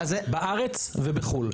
בארץ ובחו"ל.